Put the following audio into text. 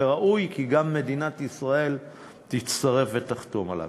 וראוי כי גם מדינת ישראל תצטרף ותחתום עליו.